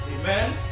Amen